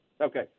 Okay